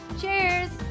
Cheers